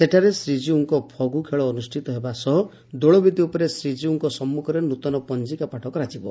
ସେଠାରେ ଶ୍ରୀକୀଉଙ୍କ ଫଗୁ ଖେଳ ଅନୁଷ୍ଠିତ ହେବା ସହ ଦୋଳବେଦୀ ଉପରେ ଶ୍ରୀକୀଉଙ୍କ ସମ୍ମୁଖରେ ନୃତନ ପଞିକା ପାଠ କରାଯିବ